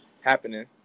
happening